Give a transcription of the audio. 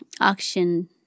action